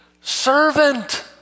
servant